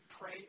pray